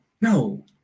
no